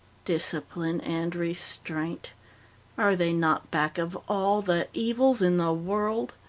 discipline and restraint are they not back of all the evils in the world?